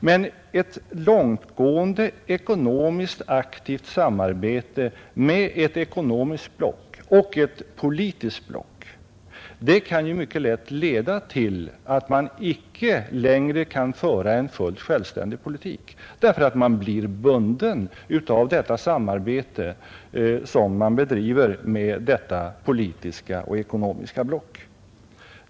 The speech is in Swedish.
Men ett långtgående aktivt, ekonomiskt samarbete med ett ekonomiskt och politiskt block kan mycket lätt leda till att man inte längre kan föra en fullt självständig politik. Man blir bunden av det samarbete som man bedriver med detta politiska och ekonomiska block.